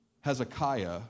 Hezekiah